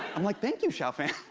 i'm like, thank you, xiaofan.